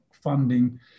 funding